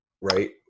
right